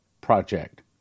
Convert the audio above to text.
Project